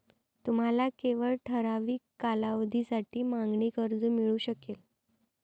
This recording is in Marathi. तुम्हाला केवळ ठराविक कालावधीसाठी मागणी कर्ज मिळू शकेल